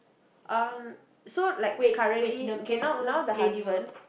um so like currently okay now now the husband